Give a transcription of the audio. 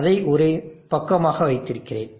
அதை ஒரு பக்கமாக வைத்திருக்கிறேன்